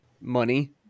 money